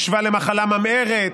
השווה למחלה ממארת,